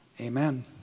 Amen